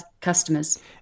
customers